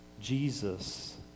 Jesus